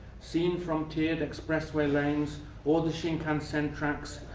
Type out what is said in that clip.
seen from teared expressway lanes or the shinkansen tracks,